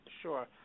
sure